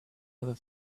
other